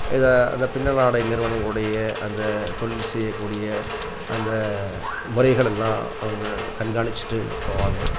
இது அந்த பின்னலாடை நிறுவனங்களுடைய அந்த தொழில் செய்யக்கூடிய அந்த முறைகளெல்லாம் அவங்க கண்காணிச்சுட்டு போவாங்க